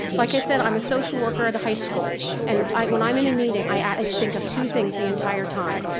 like i said, i'm a social worker at the high school and when i'm in a meeting i think of two things the entire time.